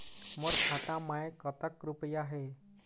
मोर खाता मैं कतक रुपया हे?